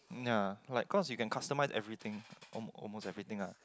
ya like cause you can customize everything al~ almost everything ah